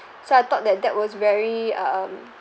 so I thought that that was very um